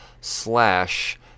slash